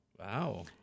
Wow